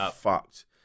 fucked